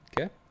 Okay